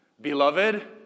Beloved